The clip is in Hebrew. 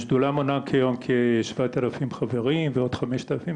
השדולה מונה כיום כ-7 אלף חברים ועוד 5 אלף,